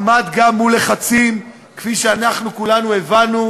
עמד גם מול לחצים גדולים, כפי שאנחנו כולנו הבנו,